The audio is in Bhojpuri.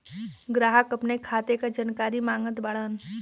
ग्राहक अपने खाते का जानकारी मागत बाणन?